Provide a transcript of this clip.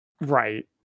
Right